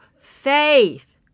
faith